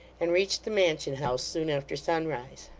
and reached the mansion house soon after sunrise.